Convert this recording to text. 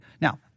now